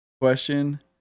question